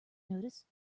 notice